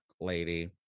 lady